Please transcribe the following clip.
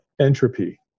entropy